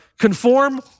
conform